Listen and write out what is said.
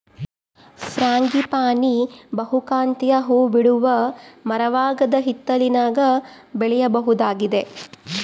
frangipani ಬಹುಕಾಂತೀಯ ಹೂಬಿಡುವ ಮರವಾಗದ ಹಿತ್ತಲಿನಾಗ ಬೆಳೆಯಬಹುದಾಗಿದೆ